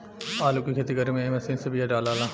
आलू के खेती करे में ए मशीन से बिया डालाला